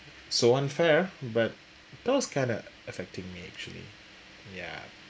so unfair but that was kind of affecting me actually ya